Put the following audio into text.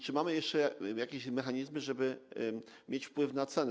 Czy mamy jeszcze jakieś mechanizmy, żeby mieć wpływ na cenę?